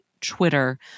Twitter